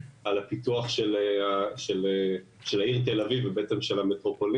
הפיתוח של העיר תל אביב ושל המטרופולין.